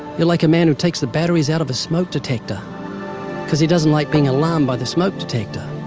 you're like a man who takes the batteries out of a smoke detector cause he doesn't like being alarmed by the smoke detector.